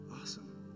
awesome